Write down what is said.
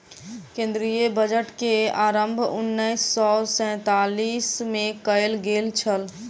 केंद्रीय बजट के आरम्भ उन्नैस सौ सैंतालीस मे कयल गेल छल